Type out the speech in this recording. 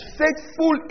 faithful